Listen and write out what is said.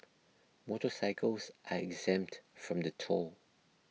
motorcycles are exempt from the toll